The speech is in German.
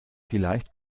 vielleicht